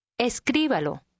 Escríbalo